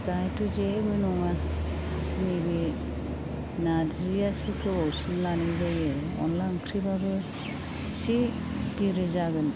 बाहायथ' जेबो नङा नैबे नार्जिआसो गोबावसिन लानाय जायो अनला ओंख्रिबाबो एसे दिरि जागोन